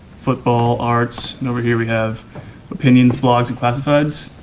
football, arts. and over here we have opinions, blogs and classifieds.